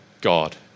God